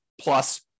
plus